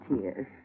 tears